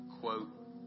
quote